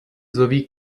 sowie